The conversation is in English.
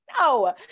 No